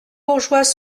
bourgeois